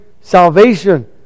salvation